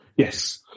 Yes